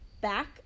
back